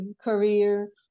career